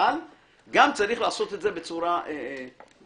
אבל גם צריך לעשות את זה בצורה מושכלת,